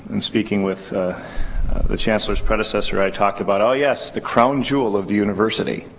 and speaking with the chancellor's predecessor, i talked about, oh, yes, the crown jewel of the university.